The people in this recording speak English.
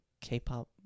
K-pop